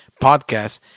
podcast